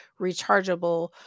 rechargeable